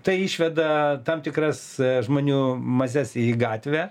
tai išveda tam tikras žmonių mases į gatvę